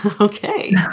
Okay